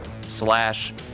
slash